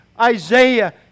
Isaiah